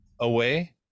away